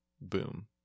boom